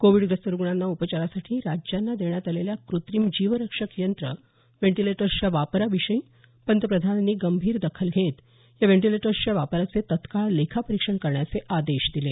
कोविडग्रस्त रुग्णांना उपचारासाठी राज्यांना देण्यात आलेल्या क्रेत्रिम जीवरक्षक यंत्र व्हेंटीलेटर्सच्या वापराविषयी पंतप्रधानांनी गंभीर दखल घेत या व्हेंटिलेटर्सच्या वापराचे तत्काळ लेखा परीक्षण करण्याचे आदेश दिले